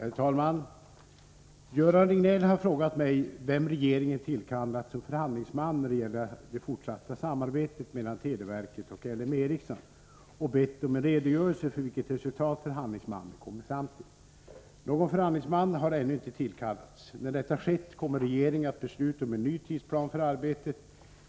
Herr talman! Göran Riegnell har frågat mig vem regeringen tillkallat som förhandlingsman när det gäller det fortsatta samarbetet mellan televerket och L M Ericsson och bett om en redogörelse för vilket resultat förhandlingsmannen kommit fram till. Någon förhandlingsman har ännu inte tillkallats. När detta skett kommer regeringen att besluta om en ny tidsplan för arbetet.